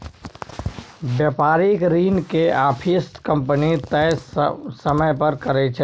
बेपारिक ऋण के आपिस कंपनी तय समय पर करै छै